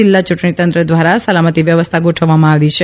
જીલ્લા યુંટણી તંત્ર ધ્વારા સલામતી વ્યવસ્થા ગોઠવવામાં આવી છે